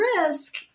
risk